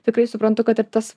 tikrai suprantu kad ir tas